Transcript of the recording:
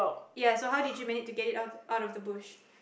ya so how did you manage to get it out out of the bush